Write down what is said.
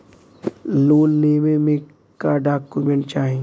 Loan लेवे मे का डॉक्यूमेंट चाही?